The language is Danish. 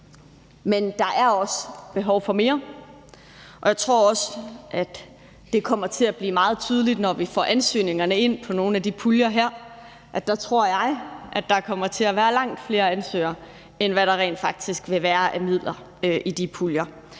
Men der er også behov for mere, og jeg tror også, at det kommer til at blive meget tydeligt, når vi får ansøgningerne ind på nogle af de puljer her. Der tror jeg, at der kommer til at være langt flere ansøgere, end hvad der rent faktisk vil være af midler i de puljer.